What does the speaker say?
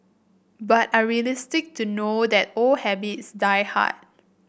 but are realistic to know that old habits die hard